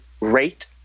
rate